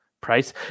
price